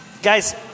Guys